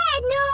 no